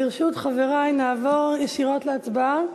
ברשות חברי, נעבור ישירות להצבעה.